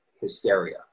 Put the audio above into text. hysteria